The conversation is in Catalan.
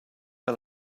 que